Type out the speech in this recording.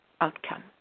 outcome